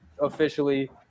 officially